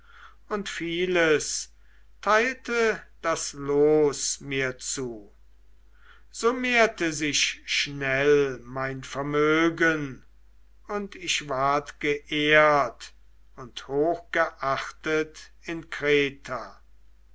und vieles teilte das los mir zu so mehrte sich schnell mein vermögen und ich ward geehrt und hochgeachtet in kreta